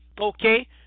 okay